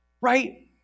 right